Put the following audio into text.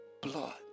blood